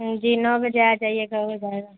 جی نو بجے آجائیے گا